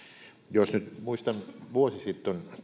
jos nyt muistan vuosi sitten